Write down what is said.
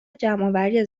جمعآوری